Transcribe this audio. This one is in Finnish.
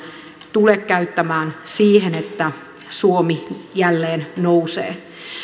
tule käyttämään siihen että suomi jälleen nousee